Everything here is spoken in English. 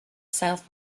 south